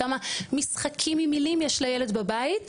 כמה משחקים עם מילים יש לילד בבית,